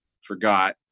forgot